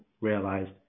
realized